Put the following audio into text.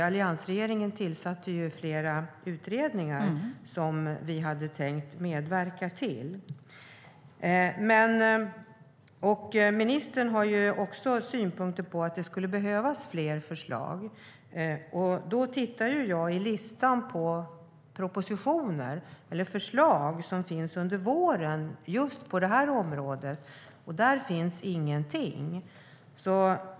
Alliansregeringen tillsatte flera utredningar där vi hade tänkt medverka. Ministern har synpunkter på att det skulle behövas fler förslag. Då tittar jag i listan över propositioner under våren med förslag just på det här området, men där finns ingenting.